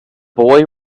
boy